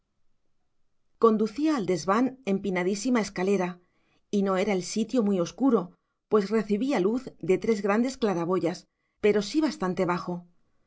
conducía al desván empinadísima escalera y no era el sitio muy oscuro pues recibía luz de tres grandes claraboyas pero sí bastante bajo